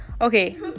Okay